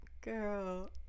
girl